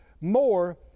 more